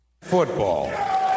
football